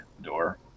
door